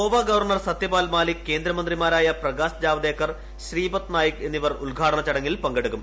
Goa governor Satyapal Malik കേന്ദ്രമന്ത്രിമാരായ പ്രകാശ് ജാവദേക്കർ ശ്രീപദ് നായിക് എന്നിവർ ചടങ്ങിൽ പങ്കെടുക്കും